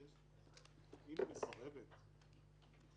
אם היא מסרבת ---,